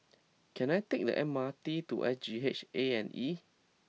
can I take the M R T to S G H A and E